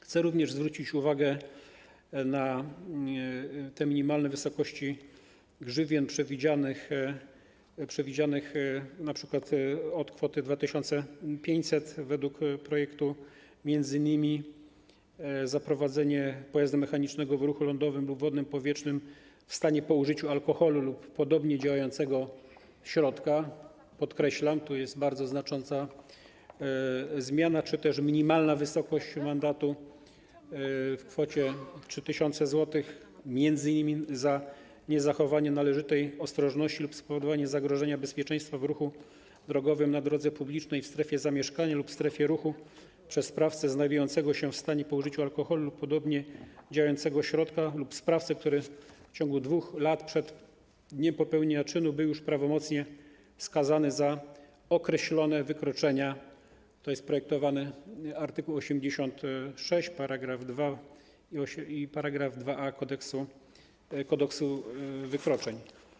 Chcę również zwrócić uwagę na minimalne wysokości grzywien przewidzianych np. od kwoty 2500 zł według projektu m.in. za prowadzenie pojazdu mechanicznego w ruchu lądowym, wodnym lub powietrznym w stanie po użyciu alkoholu lub podobnie działającego środka - podkreślam, tu jest bardzo znacząca zmiana - czy też na minimalną wysokość mandatu w kwocie 3000 zł m.in. za niezachowanie należytej ostrożności lub spowodowanie zagrożenia bezpieczeństwa w ruchu drogowym na drodze publicznej, w strefie zamieszkania lub w strefie ruchu przez sprawcę znajdującego się w stanie po użyciu alkoholu lub podobnie działającego środka lub sprawcę, który w ciągu 2 lat przed dniem popełnienia czynu był już prawomocnie skazany za określone wykroczenia - to jest projektowany art. 86 § 2 i 2a Kodeksu wykroczeń.